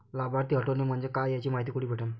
लाभार्थी हटोने म्हंजे काय याची मायती कुठी भेटन?